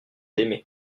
aimé